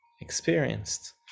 experienced